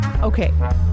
Okay